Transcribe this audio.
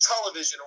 television